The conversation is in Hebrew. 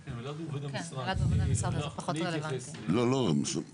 זה לא מעניין אותי עכשיו.